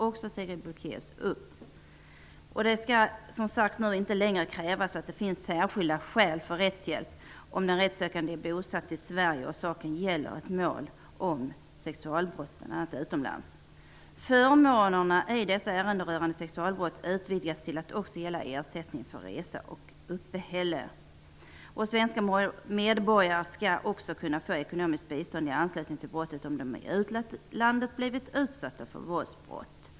Också det tog Det skall nu inte längre krävas att det finns särskilda skäl för rättshjälp om den rättssökande är bosatt i Sverige och saken gäller ett mål om sexualbrott bl.a. utomlands. Förmånerna i dessa ärenden rörande sexualbrott utvidgas till att också gälla ersättning för resa och uppehälle. Svenska medborgare skall också kunna få ekonomiskt bistånd i anslutning till brottet, om de i utlandet har blivit utsatta för våldsbrott.